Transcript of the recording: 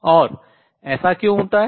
और ऐसा क्यों होता है